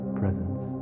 presence